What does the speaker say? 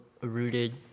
rooted